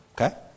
Okay